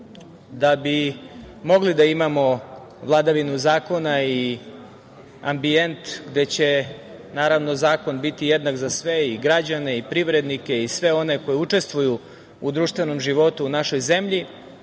Da bismo mogli da imamo vladavinu zakona i ambijent gde će, naravno, zakon biti jednak za sve i građane i privrednike i sve one koji učestvuju u društvenom životu u našoj zemlji,